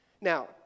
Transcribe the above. Now